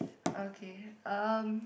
okay um